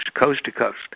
coast-to-coast